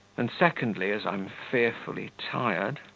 and secondly as i am fearfully tired,